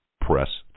press